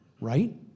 right